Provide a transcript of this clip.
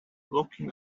looking